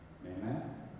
Amen